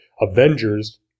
Avengers